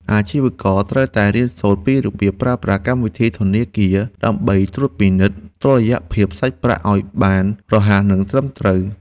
អាជីវករត្រូវតែរៀនសូត្រពីរបៀបប្រើប្រាស់កម្មវិធីធនាគារ ដើម្បីត្រួតពិនិត្យតុល្យភាពសាច់ប្រាក់ឱ្យបានរហ័សនិងត្រឹមត្រូវ។